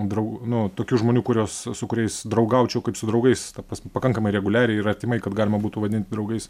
drau nu tokių žmonių kuriuos su kuriais draugaučiau kaip su draugais ta pras pakankamai reguliariai ir artimai kad galima būtų vadinti draugais